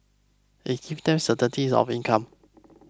it gave them certainty of income